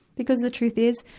because the truth is,